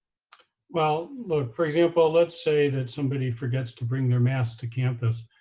well, look, for example let's say that somebody forgets to bring their mask to campus.